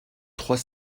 trois